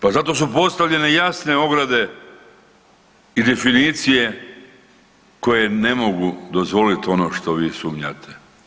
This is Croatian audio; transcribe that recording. Pa zato su postavljene jasne ograde i definicije koje ne mogu dozvoliti ono što vi sumnjate.